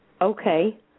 Okay